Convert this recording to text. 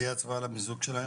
תהיה הצבעה על המיזוג שלהן?